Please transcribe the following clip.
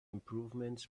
improvements